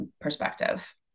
perspective